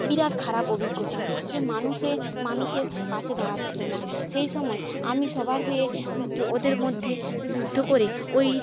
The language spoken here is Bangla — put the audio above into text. বিরাট খারাপ অভিজ্ঞতা যে মানুষ হয়ে মানুষের পাশে দাঁড়াচ্ছিলো না সেই সময় আমি সবার হয়ে ওদের মধ্যে যুদ্ধ করে ওই